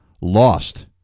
lost